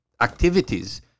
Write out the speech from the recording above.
activities